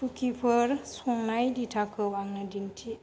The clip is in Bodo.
कुकिफोर संनाय दिथाखौ आंनो दिन्थि